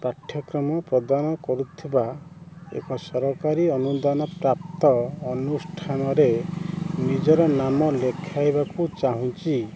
ପାଠ୍ୟକ୍ରମ ପ୍ରଦାନ କରୁଥିବା ଏକ ସରକାରୀ ଅନୁଦାନ ପ୍ରାପ୍ତ ଅନୁଷ୍ଠାନରେ ନିଜର ନାମ ଲେଖାଇବାକୁ ଚାହୁଁଛି